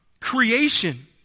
creation